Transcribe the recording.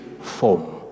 form